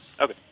Okay